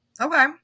Okay